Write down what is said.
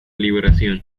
liberación